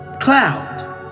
cloud